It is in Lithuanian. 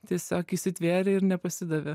tiesiog įsitvėrė ir nepasidavė